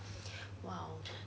!wow!